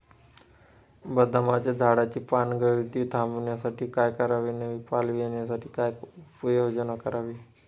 बदामाच्या झाडाची पानगळती थांबवण्यासाठी काय करावे? नवी पालवी येण्यासाठी काय उपाययोजना करावी?